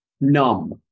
numb